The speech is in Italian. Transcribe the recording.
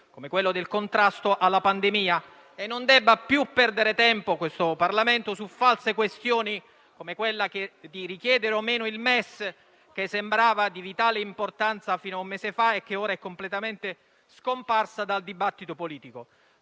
come quello del contrasto alla pandemia, e non debba più perdere tempo su false questioni, come quella di richiedere o meno il MES, che sembrava di vitale importanza fino a un mese fa e che ora è completamente scomparsa dal dibattito politico: